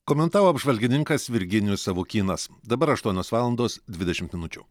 komentavo apžvalgininkas virginijus savukynas dabar aštuonios valandos dvidešimt minučių